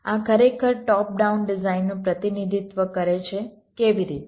આ ખરેખર top down ડિઝાઇનનું પ્રતિનિધિત્વ કરે છે કેવી રીતે